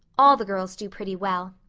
all the girls do pretty well.